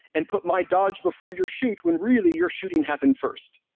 and put my dodge before your shoot when really, your shooting happened first